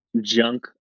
junk